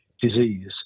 disease